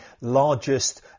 largest